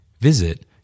Visit